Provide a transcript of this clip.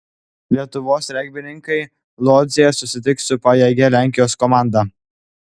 lietuvos regbininkai lodzėje susitiks su pajėgia lenkijos komanda